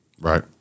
Right